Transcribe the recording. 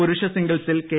പുരുഷ സിംഗിൾസിൽ കെ